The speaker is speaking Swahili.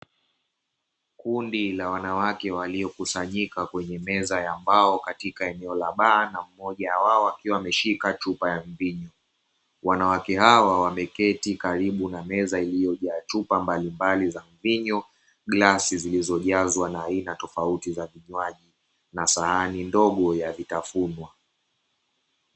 Kundi la wanawake waliokusanyika eneo la baa, hulu mmoja wao akiwa ameshika chupa ya mvinyo, ameketi katika moja ya meza iliyojaa mvinyo glasi zilizojazwa aina tofauti ya vinywaji na sahani ndogo ya vitafunwa.